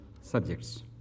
subjects